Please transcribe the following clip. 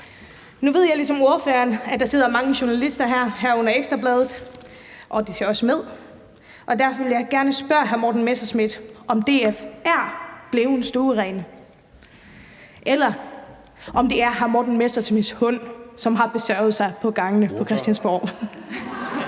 ordføreren, at der sidder mange journalister her, herunder fra Ekstra Bladet, og de ser også med, og derfor vil jeg gerne spørge hr. Morten Messerschmidt, om DF er blevet stuerene, eller om det er hr. Morten Messerschmidts hund, der har besørget på gangene på Christiansborg.